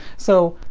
so,